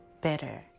better